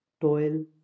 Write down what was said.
toil